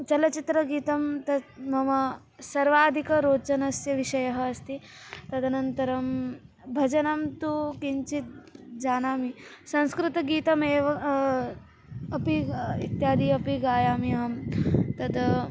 चलचित्रगीतं तत् मम सर्वाधिकं रोचनस्य विषयः अस्ति तदनन्तरं भजनं तु किञ्चित् जानामि संस्कृतगीतमेव अपि इत्यादि अपि गायामि अहं तद्